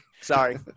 Sorry